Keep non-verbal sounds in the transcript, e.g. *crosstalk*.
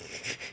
*laughs*